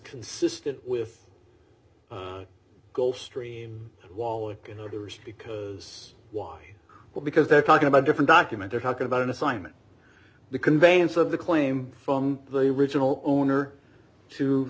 consistent with gulf stream wallach and others because it's why well because they're talking about a different document they're talking about an assignment the conveyance of the claim from the original owner to